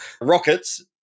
rockets